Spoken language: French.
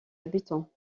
habitants